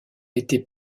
été